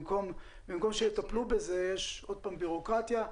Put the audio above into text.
במקום שיטפלו בזה יש עוד פעם בירוקרטיה.